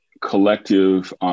collective